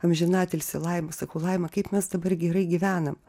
amžinatilsį laima sakau laima kaip mes dabar gerai gyvenam